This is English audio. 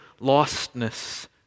lostness